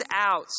out